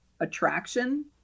attraction